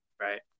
right